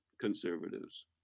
conservatives